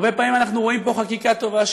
הרבה פעמים אנחנו רואים פה חקיקה טובה,